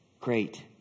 Great